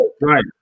right